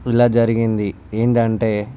ఇలా జరిగింది ఏంటంటే